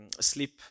sleep